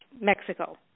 Mexico